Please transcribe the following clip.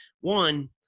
one